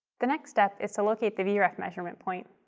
the next step is to locate the vref measurement point.